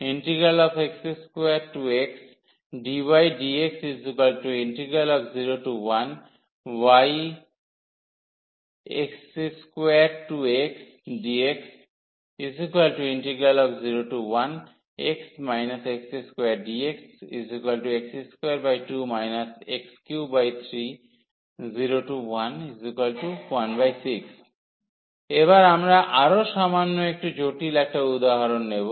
01x2xdydx01yx2xdx01dxx22 x330116 এবার আমরা আরও সামান্য একটু জটিল একটা উদাহরণ নেব